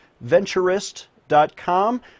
venturist.com